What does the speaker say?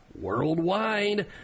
worldwide